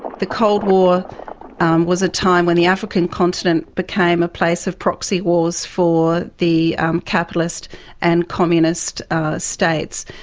the cold war was a time when the african continent became a place of proxy wars for the capitalist and communist states.